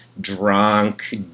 drunk